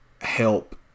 help